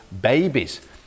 babies